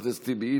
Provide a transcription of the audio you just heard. חבר הכנסת טיבי,